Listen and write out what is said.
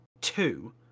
two